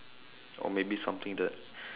or maybe something that